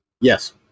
Yes